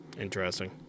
Interesting